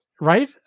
right